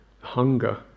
Hunger